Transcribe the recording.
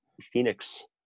phoenix